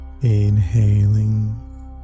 inhaling